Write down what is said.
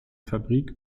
fabrik